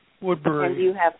Woodbury